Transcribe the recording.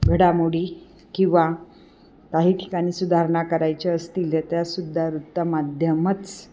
घडामोडी किंवा काही ठिकाणी सुधारणा करायच्या असतील तर त्यासुद्धा वृत्तमाध्यमंच